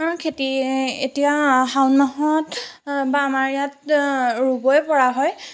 ধানৰ খেতি এতিয়া শাওণ মাহত বা আমাৰ ইয়াত ৰুবই পৰা হয়